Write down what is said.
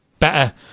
Better